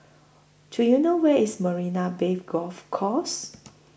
Do YOU know Where IS Marina Bay Golf Course